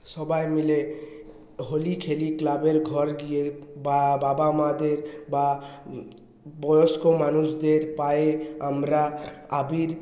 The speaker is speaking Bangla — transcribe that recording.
সবাই মিলে হোলি খেলি ক্লাবের ঘর গিয়ে বা বাবা মাদের বা বয়স্ক মানুষদের পায়ে আমরা আবির